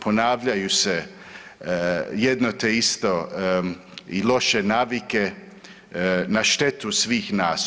Ponavljaju se jedne te iste loše navike na štetu svih nas.